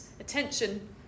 attention